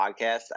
podcast